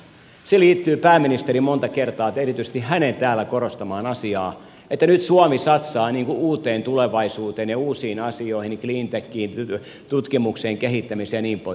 se liittyy erityisesti pääministerin monta kertaa täällä korostamaan asiaan että nyt suomi satsaa uuteen tulevaisuuteen ja uusiin asioihin cleantechiin tutkimukseen kehittämiseen ja niin poispäin